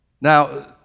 Now